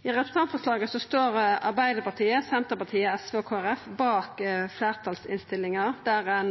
Arbeidarpartiet, Senterpartiet, SV og Kristeleg Folkeparti står bak fleirtalsinnstillinga, der ein